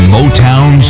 Motown